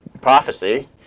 prophecy